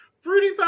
fruity